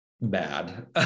bad